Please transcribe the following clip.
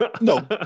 No